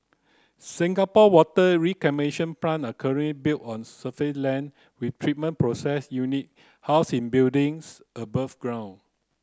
Singapore water reclamation plant are currently built on surface land with treatment process unit housed in buildings above ground